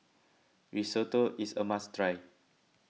Risotto is a must try